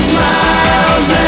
miles